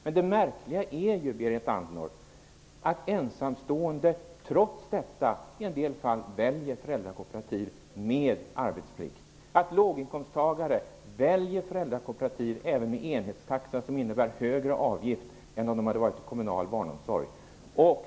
Men det märkliga är ju, Berit Andnor, att ensamstående föräldrar trots detta i en del fall väljer föräldrakooperativ med arbetsplikt. Låginkomsttagare väljer föräldrakooperativ även med enhetstaxa som innebär högre avgift än om de hade valt kommunal barnomsorg.